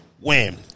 Wham